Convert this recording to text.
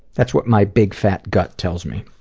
that's what my big, fat gut tells me.